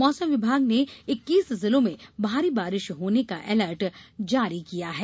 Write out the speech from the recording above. मौसम विभाग ने इक्कीस जिलों में भारी बारिश होने का अलर्ट जारी किया है